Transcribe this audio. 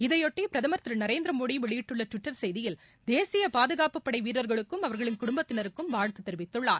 இதையொட்டி பிரதமர் திரு நரேந்திரமோடி வெளியிட்டுள்ள டுவிட்டர் செய்தியில் தேசிய பாதுகாப்புப் படை வீரர்களுக்கும் அவர்களின் குடும்பத்தினருக்கும் வாழ்த்து தெரிவித்துள்ளார்